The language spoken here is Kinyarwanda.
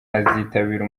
azitabira